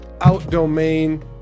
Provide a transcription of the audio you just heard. out-domain